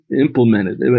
implemented